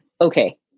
Okay